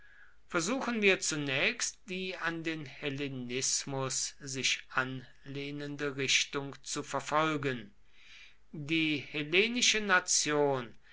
versuchen wir zunächst die an den hellenismus sich anlehnende richtung zu verfolgen die hellenische nation